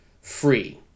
free